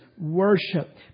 worship